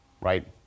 right